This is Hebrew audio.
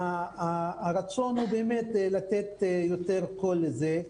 הרצון הוא לתת יותר קול לזה.